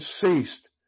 ceased